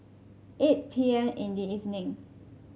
eight P M in the evening